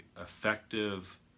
effective